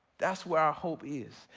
that's where our hope is.